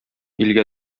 илгә